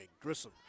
Grissom